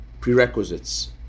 prerequisites